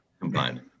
Combined